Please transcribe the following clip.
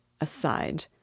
Aside